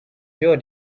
your